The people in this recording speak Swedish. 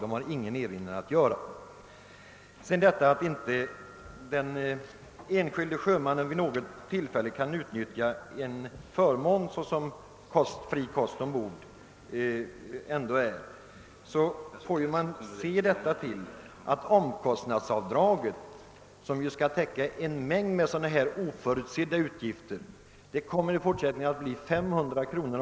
Vad beträffar detta att den enskilde sjömannen vid något tillfälle inte kan utnyttja en sådan förmån som fri kost ombord ändå är, får man ta hänsyn till att omkostnadsavdraget, som skall täcka en mängd sådana här oförutsedda utgifter, i fortsättningen kommer att bli 500 kr.